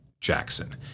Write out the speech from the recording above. Jackson